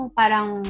parang